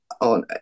on